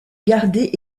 garder